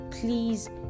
please